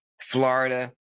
Florida